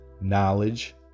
knowledge